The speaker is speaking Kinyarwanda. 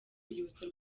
urwibutso